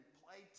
play